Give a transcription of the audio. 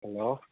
hello